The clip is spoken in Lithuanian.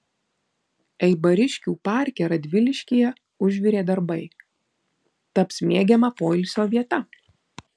eibariškių parke radviliškyje užvirė darbai taps mėgiama poilsio vieta